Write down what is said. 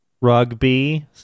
Rugby